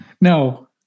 No